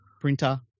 Printer